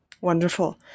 Wonderful